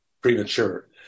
premature